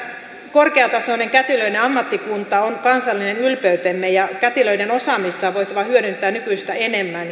korkeatasoinen kätilöiden ammattikunta on kansallinen ylpeytemme ja kätilöiden osaamista on voitava hyödyntää nykyistä enemmän